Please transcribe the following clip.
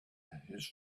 his